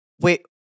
wait